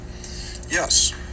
Yes